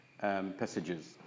passages